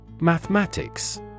Mathematics